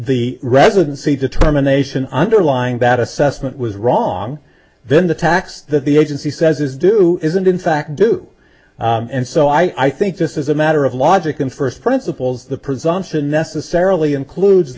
the residency determination underlying bad assessment was wrong then the tax that the agency says is due isn't in fact due and so i think this is a matter of logic and first principles the presumption necessarily includes